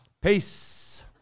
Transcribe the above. Peace